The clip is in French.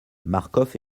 marcof